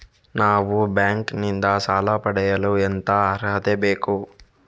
ನಾವು ಬ್ಯಾಂಕ್ ನಿಂದ ಸಾಲ ಪಡೆಯಲು ಎಂತ ಅರ್ಹತೆ ಬೇಕು?